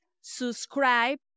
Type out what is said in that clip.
subscribe